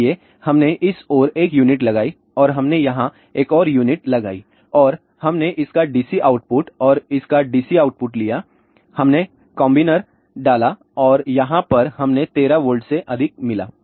इसलिए हमने इस ओर एक यूनिट लगाई और हमने यहां एक और यूनिट लगाई और हमने इसका डीसी आउटपुट और इसका डीसी आउटपुट लिया और हमने कॉम्बिनर डाला और यहां पर हमें 13 वोल्ट से अधिक मिला